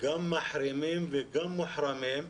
גם מחרימים וגם מוחרמים,